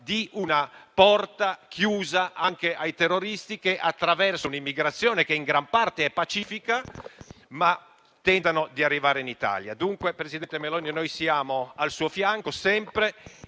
di una porta chiusa anche ai terroristi che, attraverso un'immigrazione che in gran parte è pacifica, tentano di arrivare in Italia. Dunque, presidente Meloni, noi siamo al suo fianco sempre,